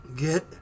get